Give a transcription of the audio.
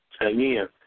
Again